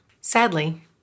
Sadly